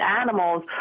animals